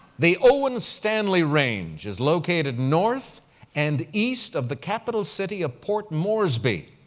the owen stanley range is located north and east of the capital city of port moresby.